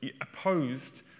opposed